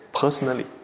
personally